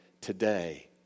today